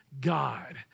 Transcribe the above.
God